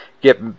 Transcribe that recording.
get